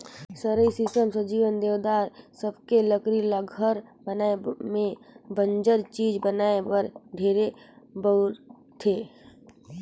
सरई, सीसम, सजुवन, देवदार ए सबके लकरी ल घर बनाये में बंजर चीज बनाये बर ढेरे बउरथे